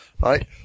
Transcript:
right